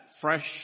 fresh